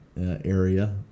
area